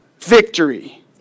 victory